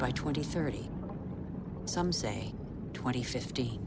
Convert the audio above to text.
by twenty thirty some say twenty fifty